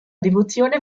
devozione